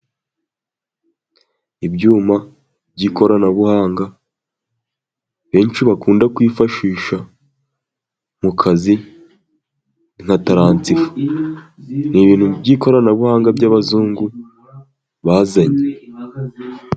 Ibyuma by'ikoranabuhanga benshi bakunda kwifashisha mu kazi nka taransifo, ni ibintu by'ikoranabuhanga by'abazungu bazanye.